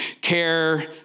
care